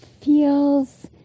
feels